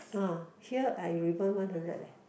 uh here I rebond one hundred leh